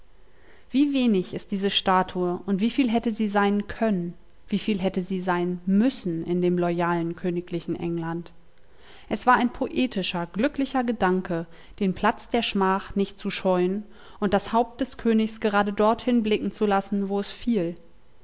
wie wenig ist diese statue und wie viel hätte sie sein können wie viel hätte sie sein müssen in dem loyalen königlichen england es war ein poetischer glücklicher gedanke den platz der schmach nicht zu scheuen und das haupt des königs gerade dorthin blicken zu lassen wo es fiel